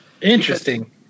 interesting